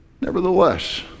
Nevertheless